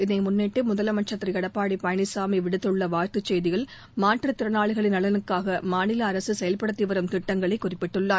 இதை முன்னிட்டு முதலமைச்சன் திரு எடப்பாடி பழனிசாமி விடுத்துள்ள வாழ்த்து செய்தியில் மாற்று திறனாளிகளின் நலனுக்காக மாநில அரசு செயல்படுத்தி வரும் திட்டங்களை குறிப்பிட்டுள்ளார்